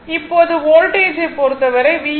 இப்போது வோல்டேஜ் ஐ பொறுத்தவரை v Vm sin ω t ϕ